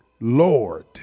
Lord